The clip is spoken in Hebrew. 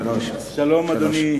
שלוש דקות.